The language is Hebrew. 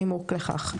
הנימוק לכך.